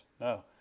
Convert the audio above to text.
no